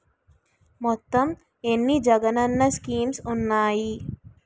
మొత్తం ఎన్ని జగనన్న స్కీమ్స్ ఉన్నాయి?